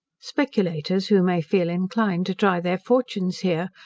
speculators who may feel inclined to try their fortunes here,